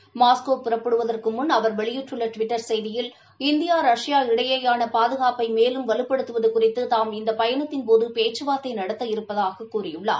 முன் Moscow ப ற ப ் ப டுவத ற ் கு வெளியிட்டுள்ள டுவிட்டா் செய்தியில் இந்தியா ரஷ்யா இடயேயான பாதுகாப்பை மேலும் வலுப்படுத்துவது பகுறித்து தாம் இந்த பயணத்தின் போது பேச் சுவாா்த்தை நடத்த இருப்பதாகக் கூறியள்ளாா